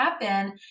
happen